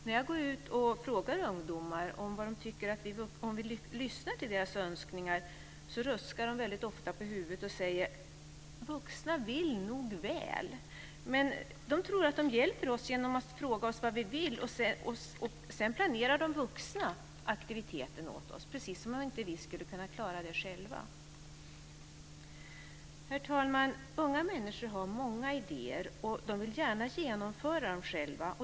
När jag går ut och frågar ungdomar om de tycker att vi vuxna lyssnar till deras önskningar ruskar de väldigt ofta på huvudet och säger: Vuxna vill nog väl, men de tror att de hjälper oss genom att fråga oss vad vi vill, och sedan planerar de vuxna aktiviteterna åt oss precis som om vi inte skulle kunna klara det själva. Herr talman! Unga människor har många idéer, och de vill gärna genomföra dem själva.